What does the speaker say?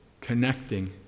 connecting